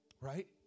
Right